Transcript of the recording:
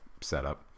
setup